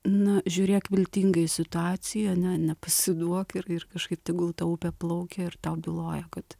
na žiūrėk viltingai situaciją ne nepasiduok ir ir kažkaip tegul ta upė plaukia ir tau byloja kad